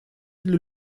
для